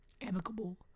amicable